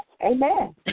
amen